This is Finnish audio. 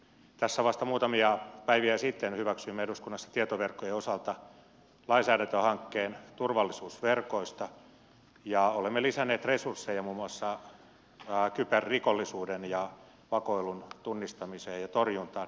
tässä vasta muutamia päiviä sitten hyväksyimme eduskunnassa tietoverkkojen osalta lainsäädäntöhankkeen turvallisuusverkoista ja olemme lisänneet resursseja muun muassa kyberrikollisuuden ja vakoilun tunnistamiseen ja torjuntaan